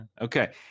Okay